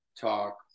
talk